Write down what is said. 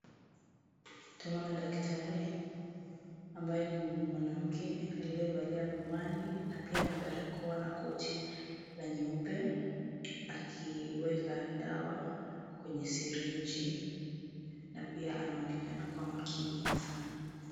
Twamuona daktari ambaye ni mwanamke aliyevalia miwani na pia ana barakoa na koti la nyeupe akiweka dawa kwenye syringi na pia anaonekana kuwa makini sana.